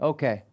Okay